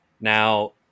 Now